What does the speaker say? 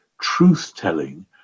truth-telling